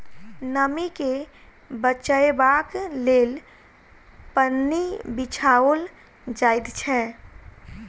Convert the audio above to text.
नमीं के बचयबाक लेल पन्नी बिछाओल जाइत छै